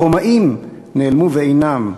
הרומאים נעלמו ואינם,